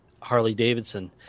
Harley-Davidson